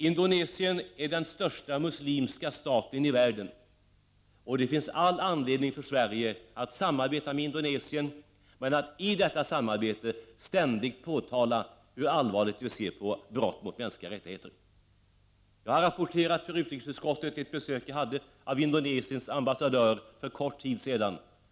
Indonesien är den största muslimska staten i världen. Det finns all anledning för Sverige att samarbeta med Indonesien. Men i detta samarbete måste vi ständigt påtala hur allvarligt vi ser på brott mot mänskliga rättigheter. Jag har rapporterat för utrikesutskottet om ett besök som jag hade av Indonesiens ambassadör för kort tid sedan.